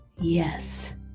Yes